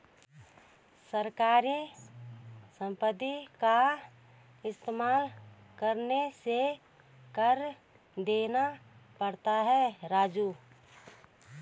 सरकारी संपत्ति का इस्तेमाल करने से कर देना पड़ता है राजू